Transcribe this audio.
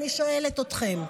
אני שואלת אתכם,